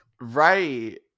Right